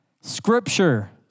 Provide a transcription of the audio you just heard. Scripture